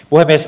puhemies